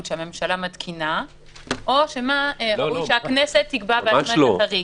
שהממשלה מתקינה או שמא הכנסת תקבע בעצמה את הדברים.